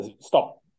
stop